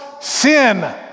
sin